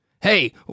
Hey